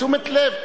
תשומת לב.